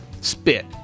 Spit